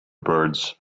birds